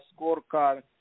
scorecard